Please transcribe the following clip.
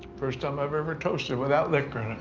first time i've ever toasted without liquor